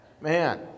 Man